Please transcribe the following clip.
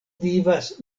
vivas